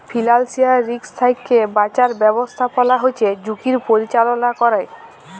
financial risk থ্যাইকে বাঁচার ব্যবস্থাপলা হছে ঝুঁকির পরিচাললা ক্যরে